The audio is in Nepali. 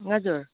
हजुर